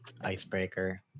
Icebreaker